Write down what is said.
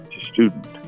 student